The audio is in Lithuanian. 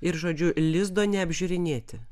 ir žodžiu lizdo neapžiūrinėti